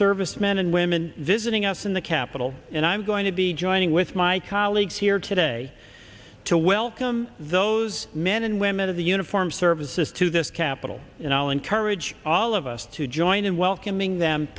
service men and women visiting us in the capitol and i'm going to be joining with my colleagues here today to welcome those men and women of the uniformed services to this capital and i'll encourage all of us to join in welcoming them